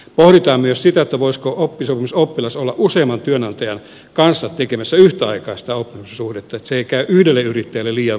pohditaan myös sitä voisiko oppisopimusoppilas olla useamman työnantajan kanssa tekemässä yhtä aikaa sitä oppisopimussuhdetta niin että se ei käy yhdelle yrittäjälle liian vaativaksi